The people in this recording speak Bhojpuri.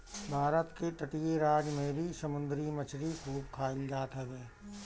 भारत के तटीय राज में भी समुंदरी मछरी खूब खाईल जात हवे